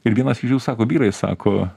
ir vienas iš jų sako vyrai sako